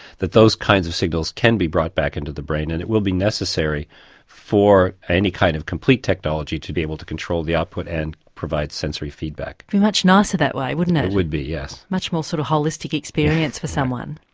that those kinds of signals can be brought back into the brain. and it will be necessary for any kind of complete technology to be able to control the output and provide sensory feedback. it would be much nicer that way, wouldn't it? it would be, yes. much more sort of holistic experience for someone.